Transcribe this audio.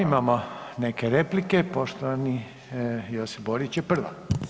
Imamo neke replike, poštovani Josip Borić je prva.